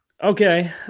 Okay